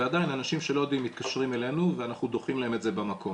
ועדיין אנשים שלא יודעים מתקשרים אלינו ואנחנו דוחים להם את זה במקום.